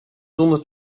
zonder